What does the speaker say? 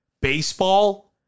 baseball